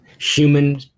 human